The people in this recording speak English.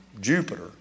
Jupiter